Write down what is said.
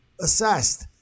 assessed